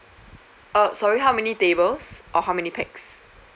uh sorry how many tables or how many pax